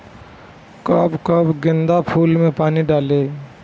कब कब गेंदा फुल में पानी डाली?